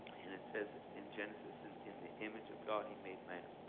and it says in genesis and in the image of god he made man.